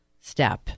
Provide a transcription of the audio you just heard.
step